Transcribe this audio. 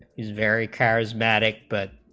is very charismatic, but